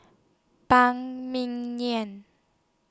Phan Ming Yen